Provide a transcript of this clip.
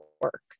work